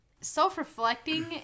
self-reflecting